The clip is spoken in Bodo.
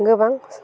गोबां